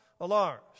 alarms